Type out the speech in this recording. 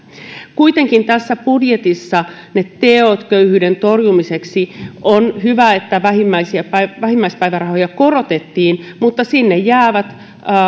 kuitenkin tässä budjetissa ne teot köyhyyden torjumiseksi on hyvä että vähimmäispäivärahoja korotettiin mutta sinne jäävät